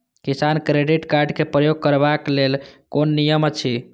किसान credit card क प्रयोग करबाक लेल कोन नियम अछि?